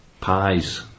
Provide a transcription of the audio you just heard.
pies